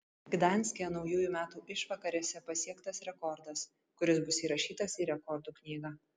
gdanske naujųjų metų išvakarėse pasiektas rekordas kuris bus įrašytas į rekordų knygą